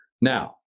Now